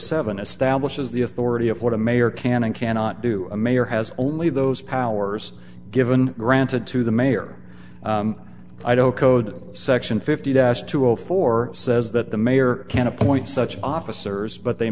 seven establishes the authority of what a mayor can and cannot do a mayor has only those powers given granted to the mayor i don't code section fifty dash to a four says that the mayor can appoint such officers but they